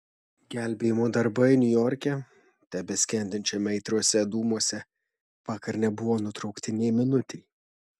gelbėjimo darbai niujorke tebeskendinčiame aitriuose dūmuose vakar nebuvo nutraukti nė minutei